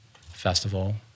festival